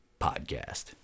Podcast